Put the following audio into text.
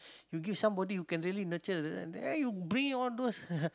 you give somebody who can really nurture then you bring all those